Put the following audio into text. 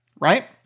right